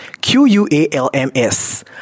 Q-U-A-L-M-S